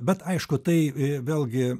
bet aišku tai vėlgi